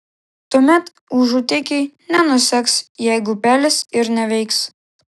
tuomet užutėkiai nenuseks jeigu upelis ir neveiks